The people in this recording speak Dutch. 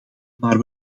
maar